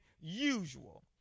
usual